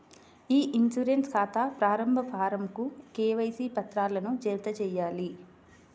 ఇ insurance ఖాతా ప్రారంభ ఫారమ్కు కేవైసీ పత్రాలను జతచేయాలి